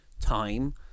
time